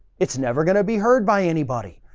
it's never going to be heard by anybody,